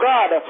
God